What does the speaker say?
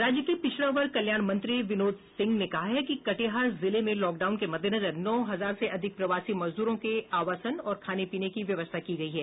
राज्य के पिछड़ा वर्ग कल्याण मंत्री विनोद सिंह ने कहा है कि कटिहार जिले में लॉकडाउन के मद्देनजर नौ हजार से अधिक प्रवासी मजदूरों के आवासन और खाने पीने की व्यवस्था की गयी है